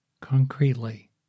concretely